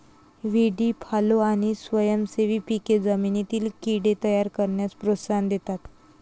व्हीडी फॉलो आणि स्वयंसेवी पिके जमिनीतील कीड़े तयार करण्यास प्रोत्साहन देतात